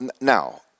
now